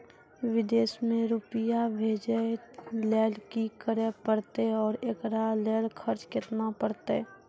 विदेश मे रुपिया भेजैय लेल कि करे परतै और एकरा लेल खर्च केना परतै?